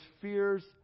fears